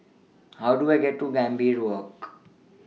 How Do I get to Gambir Walk